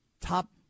Top